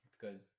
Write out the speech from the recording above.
Good